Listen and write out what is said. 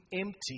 empty